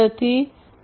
થી ઓછી છે